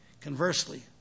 Conversely